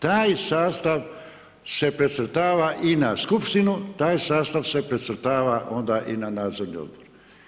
Taj sastav se precrtava i na skupštinu, taj sastav se precrtava onda i na nadzorni odbor.